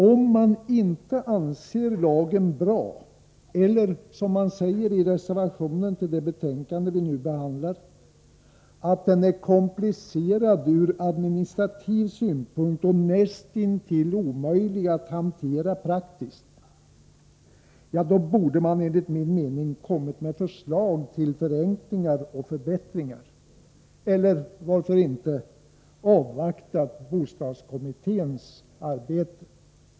Om man inte anser lagen vara bra eller — som man säger i reservationen till det betänkande vi nu behandlar — menar att den är komplicerad ur administrativ synpunkt och näst intill omöjlig att hantera praktiskt, då borde man enligt min mening ha kommit med förslag till förenklingar och förbättringar eller, varför inte, ha avvaktat bostadskommitténs arbete.